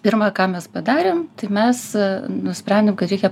pirma ką mes padarėm tai mes nusprendėm kad reikia